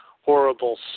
horrible